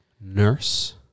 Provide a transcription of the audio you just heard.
nurse